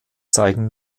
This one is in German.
zeigen